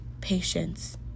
patience